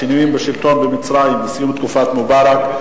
השינויים בשלטון במצרים וסיום תקופת מובארק,